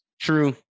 True